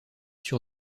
sur